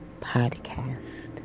podcast